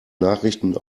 nachrichten